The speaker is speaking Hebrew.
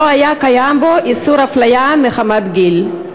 לא היה בו איסור אפליה מחמת גיל.